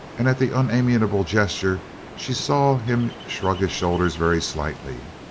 and at the unamiable gesture she saw him shrug his shoulders very slightly,